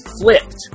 flipped